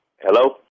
Hello